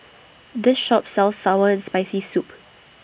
This Shop sells Sour and Spicy Soup